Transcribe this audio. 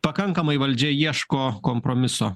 pakankamai valdžia ieško kompromiso